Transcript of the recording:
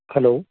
hello